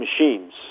machines